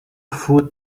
foot